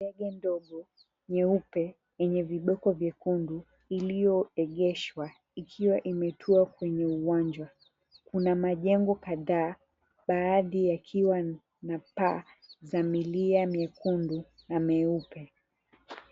Ndege ndogo nyeupe yenye vidoko vyekundu iliyoegeshwa ikiwa imetua kwenye uwanja. Kuna majengo kadhaa baadhi yakiwa na paa za milia mekundu na meupe.